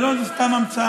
זה לא איזה סתם המצאה.